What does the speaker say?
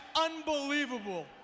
unbelievable